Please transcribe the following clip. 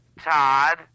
Todd